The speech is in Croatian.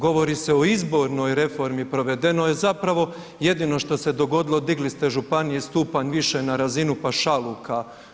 Govori se o izbornoj reformi, provedeno je zapravo jedino što se dogodilo digli ste županiji stupanj više na razinu pašaluka.